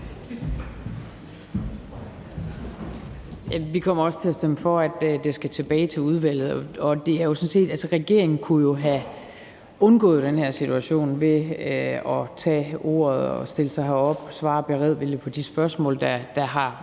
Vi kommer også til at stemme for, at det skal tilbage til udvalget. Regeringen kunne jo have undgået den her situation ved at tage ordet, stille sig herop og svare beredvilligt på de spørgsmål, der har